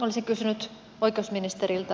olisin kysynyt oikeusministeriltä